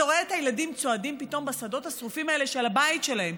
אתה רואה את הילדים צועדים פתאום בשדות השרופים האלה של הבית שלהם,